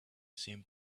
seemed